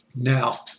Now